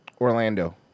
Orlando